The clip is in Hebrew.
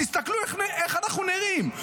תסתכלו איך אנחנו נראים.